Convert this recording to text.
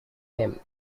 him